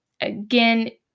Again